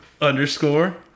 underscore